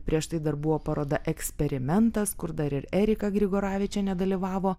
prieš tai dar buvo paroda eksperimentas kur dar ir erika grigoravičienė dalyvavo